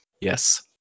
Yes